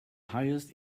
highest